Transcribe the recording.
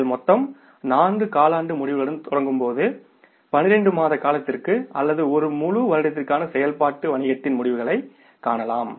நீங்கள் மொத்தம் 4 காலாண்டு முடிவுகளுடன் தொகுக்கும்போது 12 மாத காலத்திற்கு அல்லது ஒரு முழு வருடத்திற்கான செயல்பாட்டு வணிகத்தின் முடிவுகளைக் காணலாம்